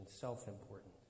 self-important